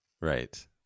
Right